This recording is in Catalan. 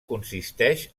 consisteix